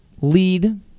lead